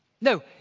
No